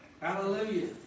Hallelujah